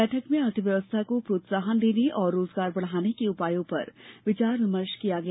बैठक में अर्थव्यवस्था को प्रोत्साहन देने और रोजगार बढ़ाने के उपायों पर विचार विमर्श किया गया